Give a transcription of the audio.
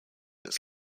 his